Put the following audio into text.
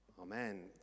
Amen